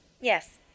Yes